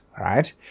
right